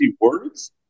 words